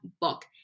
book